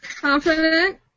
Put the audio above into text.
confident